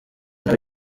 nawe